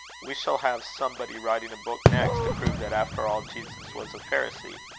we shall have somebody writing a book next to prove that after all jesus was a pharisee.